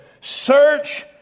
Search